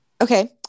okay